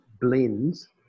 blends